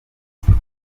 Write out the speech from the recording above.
sida